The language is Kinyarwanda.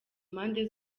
mpande